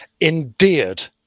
endeared